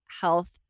health